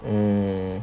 mm